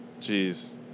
Jeez